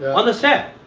on the set.